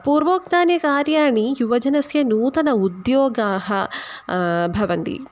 पूर्वोक्तानि कार्याणि युवजनस्य नूतनाः उद्योगाः भवन्ति